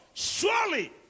Surely